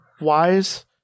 wise